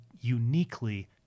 uniquely